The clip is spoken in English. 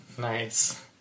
Nice